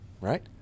right